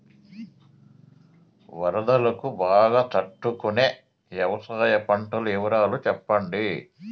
వరదలకు బాగా తట్టు కొనే వ్యవసాయ పంటల వివరాలు చెప్పండి?